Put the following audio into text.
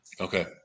Okay